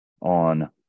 on